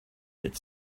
that